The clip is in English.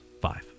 five